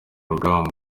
rugamba